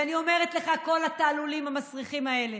ואני אומרת לך: כל התעלולים המסריחים האלה,